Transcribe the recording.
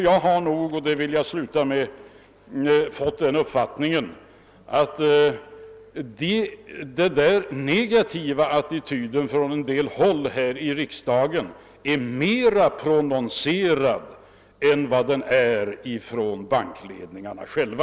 Jag har faktiskt fått den uppfattningen — och jag skall sluta med det — att den negativa attityd som finns på en del håll här i riksdagen är mera prononcerad än den som finns hos bankledningarna själva.